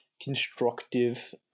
constructive